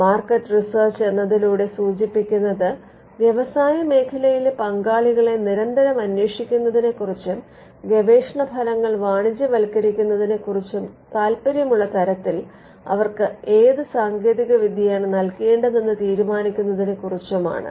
market research എന്നതിലൂടെ സൂചിപ്പിക്കുന്നത് വ്യവസായമേഖലയിലെ പങ്കാളികളെ നിരന്തരം അന്വേഷിക്കുന്നതിനെക്കുറിച്ചും ഗവേഷണ ഫലങ്ങൾ വാണിജ്യവത്ക്കരിക്കുന്നതിനെക്കുറിച്ചും താൽപ്പര്യമുള്ള തരത്തിൽ അവർക്ക് ഏത് സാങ്കേതികവിദ്യയാണ് നൽക്കേണ്ടതെന്ന് തീരുമാനിക്കുന്നതിനെക്കുറിച്ചും ആണ്